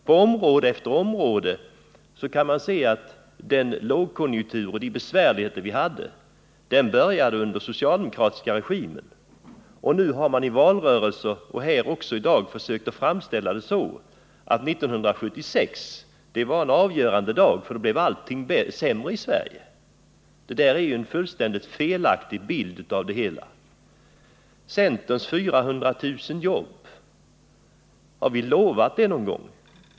På område efter område kan man se att den lågkonjunktur och de besvärligheter som har rått började under den socialdemokratiska regimen. Nu har socialdemokraterna i valrörelsen och här i dag försökt framställa det så, att 1976 var ett avgörande år, för då blev allting sämre i Sverige. Det är ju en fullständigt felaktig bild av det hela. Centerns 400 000 jobb — har vi lovat dem någon gång?